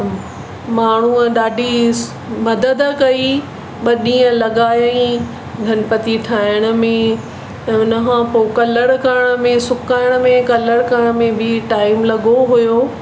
माण्हूअ ॾाढी मदद कई ॿ ॾींहं लॻाईं गणपति ठाहिण में त हुन खां पोइ कलर करण में सुकाइण में कलर करण में बि टाइम लॻो हुओ